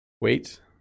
Wait